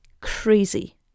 crazy